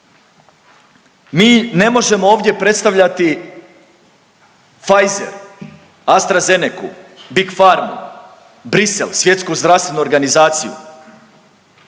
Mi ne možemo ovdje predstavljati Pfizer, AstraZenecu, Big Pharma, Bruxelles, Svjetsku zdravstvenu organizaciju.